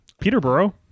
peterborough